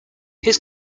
his